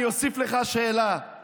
אני אוסיף לך שאלה,